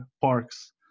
parks